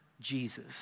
Jesus